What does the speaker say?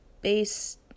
base